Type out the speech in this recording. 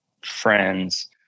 friends